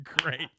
great